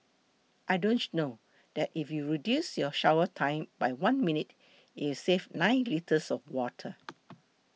I don't know that if you reduce your shower time by one minute it save nine litres of water